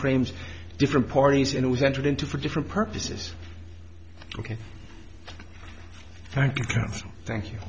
frames different parties it was entered into for different purposes ok thank you